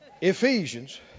Ephesians